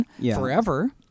forever